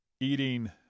Eating